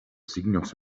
signos